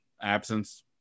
absence